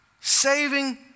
saving